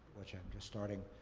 which i'm just starting,